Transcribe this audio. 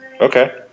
Okay